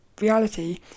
reality